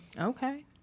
Okay